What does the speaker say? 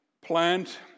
plant